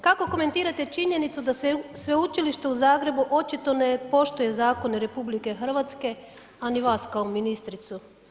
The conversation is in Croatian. Kako komentirate činjenicu da se Sveučilište u Zagrebu očito ne poštuje zakone RH, a ni vas kao ministricu?